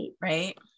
Right